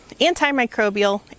antimicrobial